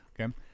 Okay